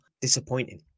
Disappointing